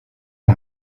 per